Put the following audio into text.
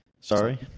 sorry